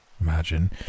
Imagine